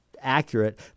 accurate